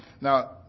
Now